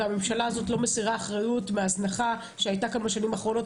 והממשלה הזאת לא מסירה אחריות מההזנחה שהיתה כאן בשנים האחרונות,